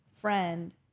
friend